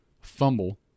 fumble